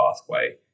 pathway